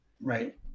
right